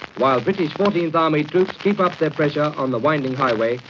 while british fourteenth army troops keep up their pressure on the winding highway,